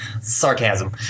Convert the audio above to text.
sarcasm